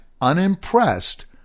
unimpressed